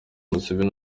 museveni